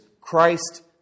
Christ